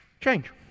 Change